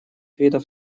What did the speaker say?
видов